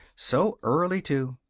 so early too!